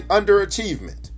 underachievement